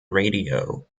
radio